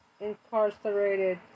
Incarcerated